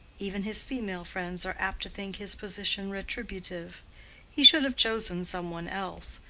even his female friends are apt to think his position retributive he should have chosen some one else.